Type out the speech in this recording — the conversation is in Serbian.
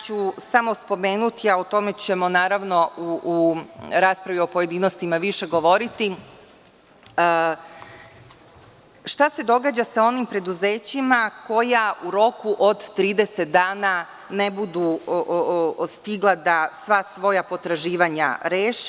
Samo ću spomenuti, a o tome ćemo u raspravi u pojedinostima više govoriti, šta se događa sa onim preduzećima koja u roku od 30 dana ne budu stigla da sva svoja potraživanja reše.